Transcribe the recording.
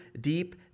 deep